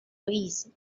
louise